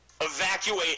evacuate